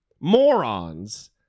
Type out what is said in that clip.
morons